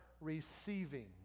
receiving